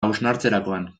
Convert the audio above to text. hausnartzerakoan